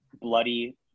bloody